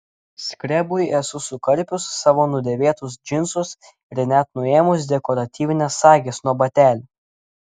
skrebui esu sukarpius savo nudėvėtus džinsus ir net nuėmus dekoratyvines sages nuo batelių